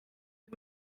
and